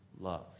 love